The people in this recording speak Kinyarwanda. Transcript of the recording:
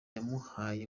bamuhaye